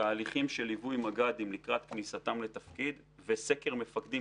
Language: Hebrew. תהליכים של ליווי מג"דים לקראת כניסתם לתפקיד וסקר מפקדים